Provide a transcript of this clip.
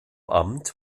amt